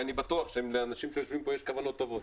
ואני בטוח שלאנשים שיושבים פה יש כוונות טובות,